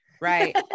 Right